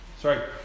Sorry